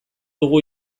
dugu